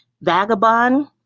vagabond